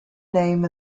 name